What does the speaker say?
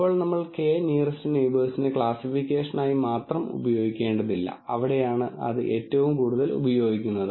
ഇപ്പോൾ നമ്മൾ k nearest നെയിബേഴ്സിനെ ക്ലാസ്സിഫിക്കേഷനായി മാത്രം ഉപയോഗിക്കേണ്ടതില്ല അവിടെയാണ് അത് ഏറ്റവും കൂടുതൽ ഉപയോഗിക്കുന്നത്